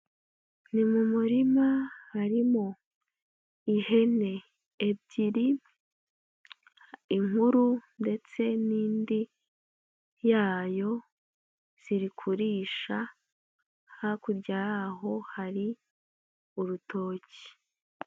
Ni mu murima harimo ihene ebyiri, inkuru ndetse n'indi yayo, ziri kurisha hakurya yaho hari urutoki.